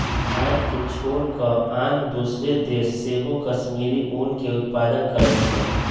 भारत के छोर कऽ आन दोसरो देश सेहो कश्मीरी ऊन के उत्पादन करइ छै